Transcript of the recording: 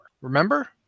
Remember